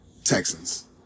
Texans